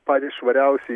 patys švariausi